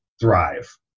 thrive